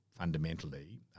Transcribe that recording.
Fundamentally